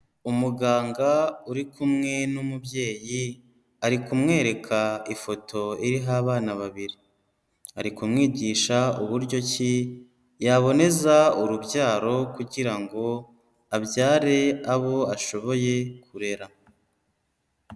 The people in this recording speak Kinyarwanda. Umuganga uri kumwe n'umubyeyi, ari kumwereka ifoto iriho abana babiri ari kumwigisha uburyo ki yaboneza urubyaro kugira ngo abyare abo ashoboye kurera.